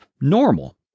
normal